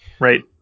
Right